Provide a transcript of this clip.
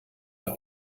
der